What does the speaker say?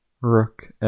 rook